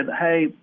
hey